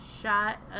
Shot